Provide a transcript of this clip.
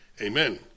Amen